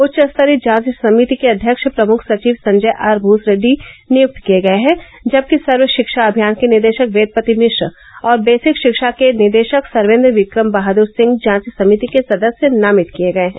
उच्चस्तरीय जांच समिति के अध्यक्ष प्रमुख सचिव संजय आर भूसरेड्डी नियुक्त किये गये हैं जबकि सर्व शिक्षा अभियान के निदेशक वेदपति मिश्र और बेसिक शिक्षा के निदेशक सर्वेन्द्र विक्रम बहादुर सिंह जांच समिति के सदस्य नामित किये गये हैं